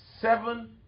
seven